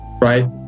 right